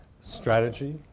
strategy